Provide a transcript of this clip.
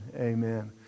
Amen